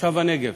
תושב הנגב